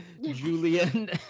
Julian